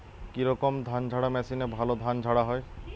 কি রকম ধানঝাড়া মেশিনে ভালো ধান ঝাড়া হয়?